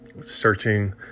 searching